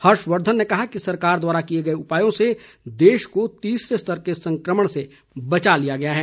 हर्षवर्धन ने कहा कि सरकार द्वारा किए गए उपायों से देश को तीसरे स्तर के संक्रमण से बचा लिया गया है